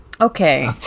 Okay